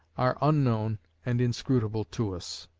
are unknown and inscrutable to us.